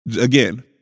Again